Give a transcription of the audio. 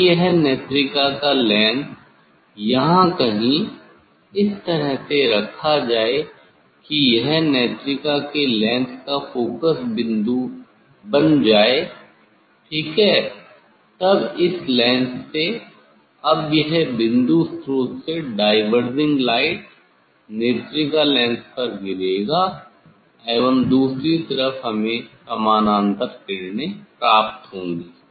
यदि यह नेत्रिका का लेंस यहां कहीं इस तरह से रखा जाए कि यह नेत्रिका के लेंस का फोकस बिंदु बन जाए ठीक है तब इस लेंस से अब यह बिंदु स्रोत से डायवर्जिंग लाइट नेत्रिका लेंस पर गिरेगा एवं दूसरी तरफ हमें समानांतर किरणें प्राप्त होंगी